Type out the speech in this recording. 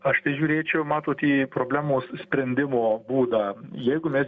aš tai žiūrėčiau matot į problemos sprendimo būdą jeigu mes